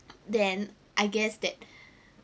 then I guess that